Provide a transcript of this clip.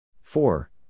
four